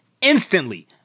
instantly